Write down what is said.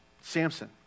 Samson